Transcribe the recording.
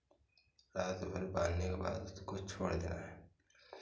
रात भर बांधने के बाद उसको छोड़ देना है